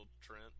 Trent